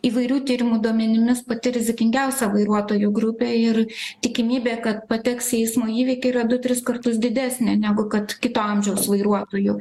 įvairių tyrimų duomenimis pati rizikingiausia vairuotojų grupė ir tikimybė kad pateks į eismo įvykį yra du tris kartus didesnė negu kad kito amžiaus vairuotojų